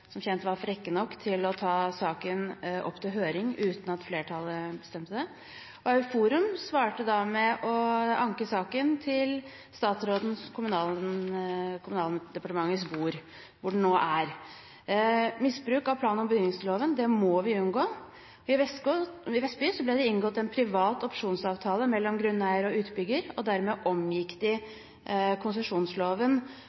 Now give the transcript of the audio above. som kjent var frekk nok til å ta saken opp til høring uten at flertallet bestemte det. Euforum svarte da med å anke saken til Kommunaldepartementet, hvor den nå er. Misbruk av plan- og bygningsloven må vi unngå. I Vestby ble det inngått en privat opsjonsavtale mellom grunneier og utbygger, og dermed omgikk de konsesjonsloven